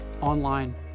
online